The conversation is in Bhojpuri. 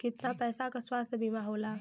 कितना पैसे का स्वास्थ्य बीमा होला?